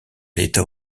l’état